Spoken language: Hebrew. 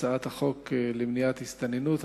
הצעת החוק למניעת הסתננות,